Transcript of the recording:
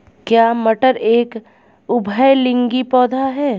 क्या मटर एक उभयलिंगी पौधा है?